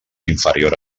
inferior